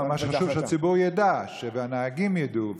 מה שחשוב הוא שהציבור ידע והנהגים ידעו,